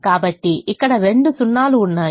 కాబట్టి ఇక్కడ రెండు 0 లు ఉన్నాయి